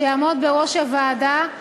שיעמוד בראש הוועדה,